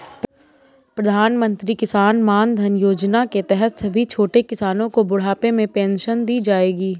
प्रधानमंत्री किसान मानधन योजना के तहत सभी छोटे किसानो को बुढ़ापे में पेंशन दी जाएगी